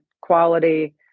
quality